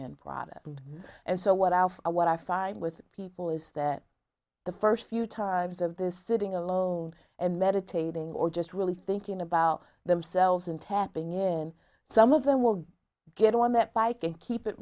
end product and so what i what i find with people is that the first few times of this sitting alone and meditating or just really thinking about themselves and tapping in some of them will get on that bike and keep it